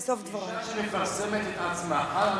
אשה שמפרסמת את עצמה.